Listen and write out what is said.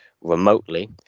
remotely